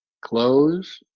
Close